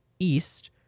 east